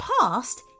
past